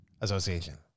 Association